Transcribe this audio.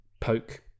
poke